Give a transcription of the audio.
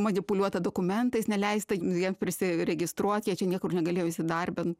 manipuliuota dokumentais neleista nu jiem prisiregistruot jie čia niekur negalėjo įsidarbint